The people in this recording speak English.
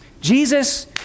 Jesus